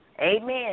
Amen